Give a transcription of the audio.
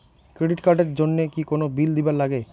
Credit card এর জন্যে কি কোনো বিল দিবার লাগে?